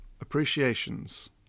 appreciations